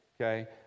Okay